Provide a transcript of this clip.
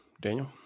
Daniel